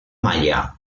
maya